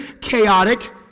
chaotic